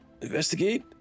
Investigate